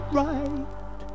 right